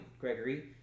Gregory